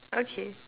okay